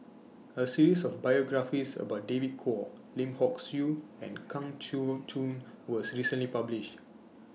A series of biographies about David Kwo Lim Hock Siew and Kang Siong Joo was recently published